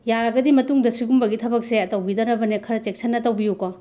ꯌꯥꯔꯒꯗꯤ ꯃꯇꯨꯡꯗ ꯁꯤꯒꯨꯝꯕꯒꯤ ꯊꯕꯛꯁꯦ ꯇꯧꯕꯤꯗꯅꯕꯅꯦ ꯈꯔ ꯆꯦꯛꯁꯤꯟꯅ ꯇꯧꯕꯤꯌꯨꯀꯣ